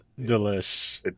delish